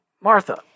Martha